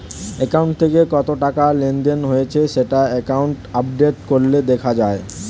account থেকে কত টাকা লেনদেন হয়েছে সেটা অ্যাকাউন্ট আপডেট করলে দেখা যায়